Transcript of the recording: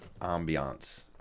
Ambiance